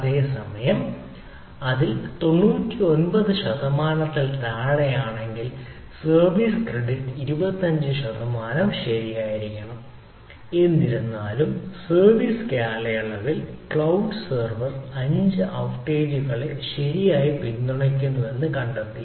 അതേസമയം അതിൽ 99 ശതമാനത്തിൽ താഴെയാണെങ്കിൽ സർവീസ് ക്രെഡിറ്റ് 25 ശതമാനം ശരിയായിരിക്കണം എന്നിരുന്നാലും സർവീസ്കാലയളവിൽ ക്ലൌഡ് സെർവർ 5 ഔട്ടേജുകളെ ശരിയായി പിന്തുണയ്ക്കുന്നുവെന്ന് കണ്ടെത്തി